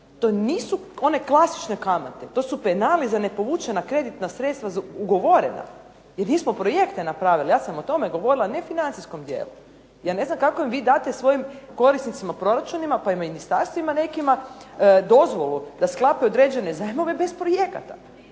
To nisu one klasične kamate, to su penali za nepovučena kreditna sredstva ugovorena jer nismo projekte napravili. Ja sam o tome govorila, ne financijskom dijelu. Ja ne znam kako vi date svojim korisnicima proračuna pa i ministarstvima nekima dozvolu da sklapaju određene zajmove bez projekata